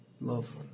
love